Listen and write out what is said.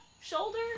shoulder